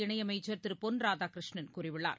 இணையமைச்சர் திருபொன் ராதாகிருஷ்ணன் கூறியுள்ளார்